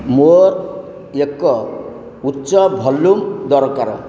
ମୋର ଏକ ଉଚ୍ଚ ଭଲ୍ୟୁମ୍ ଦରକାର